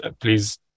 please